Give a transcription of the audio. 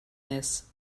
this